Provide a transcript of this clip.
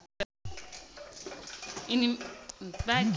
निवेश प्रदर्शन एक तरह क योजना हउवे ई योजना इन्वेस्टमेंट मैनेजर बनावेला